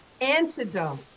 antidote